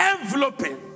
enveloping